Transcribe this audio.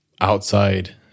outside